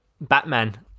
Batman